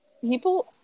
People